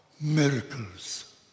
miracles